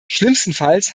schlimmstenfalls